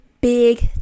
big